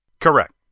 correct